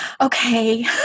okay